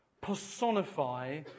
personify